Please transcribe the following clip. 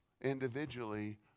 individually